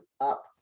up